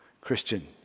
Christian